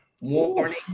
Warning